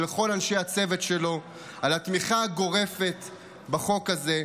ולכל אנשי הצוות שלו על התמיכה הגורפת בחוק הזה,